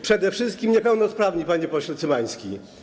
Przede wszystkim niepełnosprawni, panie pośle Cymański.